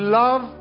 love